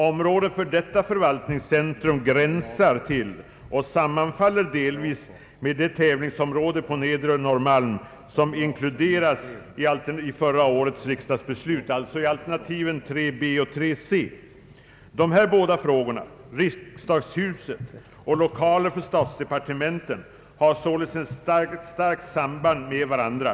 Området för detta förvaltningscentrum gränsar till och sammanfaller delvis med det tävlingsområde på Nedre Norrmalm som inkluderas i förra årets riksdagsbeslut, alltså i alternativen 3 b och 3 c. Dessa båda frågor, riksdagshus och lokaler för statsdepartementen, har således starkt samband med varandra.